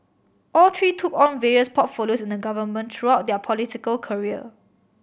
all three took on various portfolios in the government throughout their political career